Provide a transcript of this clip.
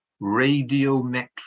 radiometric